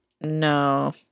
No